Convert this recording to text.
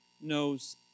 knows